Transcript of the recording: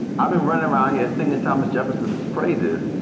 i've been running around here singing and thomas jefferson's praises,